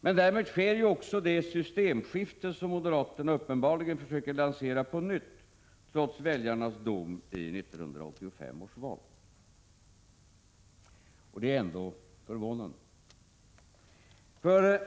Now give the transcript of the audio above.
Men därmed sker också det systemskifte som moderaterna uppenbarligen försöker lansera på nytt, trots väljarnas dom i 1985 års val, och det är ändå förvånande.